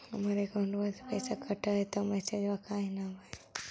हमर अकौंटवा से पैसा कट हई त मैसेजवा काहे न आव है?